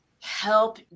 help